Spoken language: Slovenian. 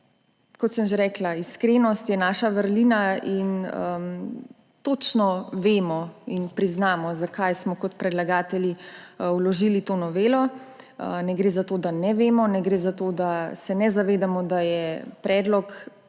Kot sem že rekla, iskrenost je naša vrlina. Točno vemo in priznamo, zakaj smo kot predlagatelji vložili to novelo. Ne gre za to, da ne vemo, ne gre za to, da se ne zavedamo, da je predlog sprememb,